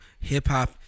hip-hop